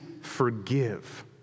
forgive